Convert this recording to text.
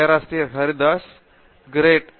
பேராசிரியர் பிரதாப் ஹரிதாஸ் கிரேட்